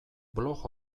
blog